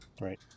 right